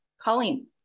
Colleen